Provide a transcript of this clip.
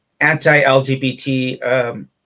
anti-LGBT